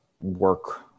work